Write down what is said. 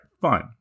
fine